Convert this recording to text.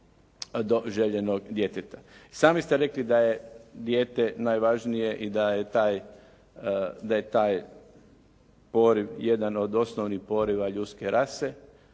do željenog djeteta. Sami ste rekli da je dijete najvažnije i da je taj poriv jedan od osnovnih poriva ljudske rase